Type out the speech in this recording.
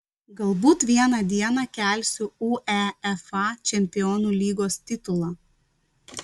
galbūt vieną dieną kelsiu uefa čempionių lygos titulą